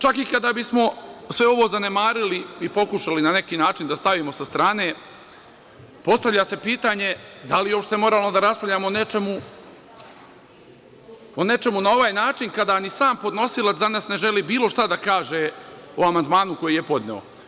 Čak i kada bismo sve ovo zanemarili i pokušali na neki način da stavimo sa strane, postavlja se pitanje da li je uopšte moralno da raspravljamo o nečemu na ovaj način kada ni sam podnosilac danas ne želi bilo šta da kaže o amandmanu koji je podneo.